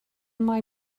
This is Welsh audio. mai